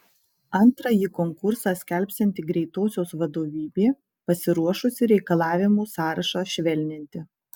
antrąjį konkursą skelbsianti greitosios vadovybė pasiruošusi reikalavimų sąrašą švelninti